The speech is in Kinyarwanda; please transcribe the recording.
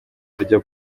buryo